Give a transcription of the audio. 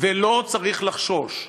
ולא צריך לחשוש.